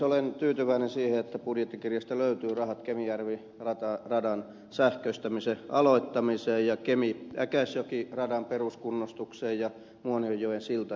olen tyytyväinen siihen että budjettikirjasta löytyvät rahat kemijärvi radan sähköistämisen aloittamiseen ja kemiäkäsjoki radan peruskunnostukseen ja muonionjoen siltainvestointeihin